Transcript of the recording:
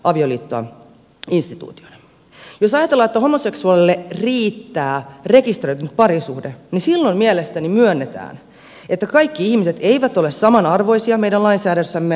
jos ajatellaan että homoseksuaaleille riittää rekisteröity parisuhde niin silloin mielestäni myönnetään että kaikki ihmiset eivät ole samanarvoisia meidän lainsäädännössämme emmekä edes pyri siihen